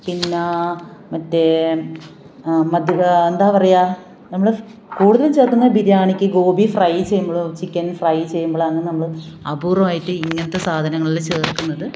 പിന്നെ മറ്റേ മദ്യ എന്താണ് പറയുക നമ്മൾ കൂടുതലും ചേര്ക്കുന്നത് ബിരിയാണിക്ക് ഗോബി ചെയ്യുമ്പോളും ചിക്കന് ഫ്രൈ ചെയ്യുമ്പോളും അങ്ങനെ നമ്മൾ അപൂര്വമായിട്ട് ഇങ്ങനത്തെ സാധനങ്ങൾ ചേര്ക്കുന്നത്